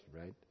right